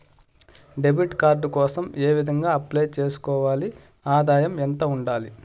Debit card కోసం ఏ విధంగా అప్లై సేసుకోవాలి? ఆదాయం ఎంత ఉండాలి?